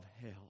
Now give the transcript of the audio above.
hell